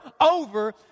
over